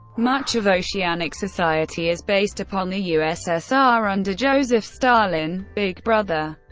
much of oceanic society is based upon the ussr under joseph stalin big brother.